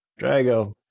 Drago